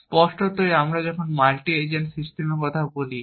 স্পষ্টতই যখন আমরা মাল্টি এজেন্ট সিস্টেমের কথা বলি